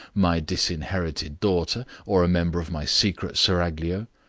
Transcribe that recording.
my disinherited daughter, or a member of my secret seraglio.